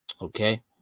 Okay